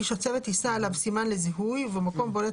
איש הצוות יישא עליו סימן לזיהוי ובמקום בולט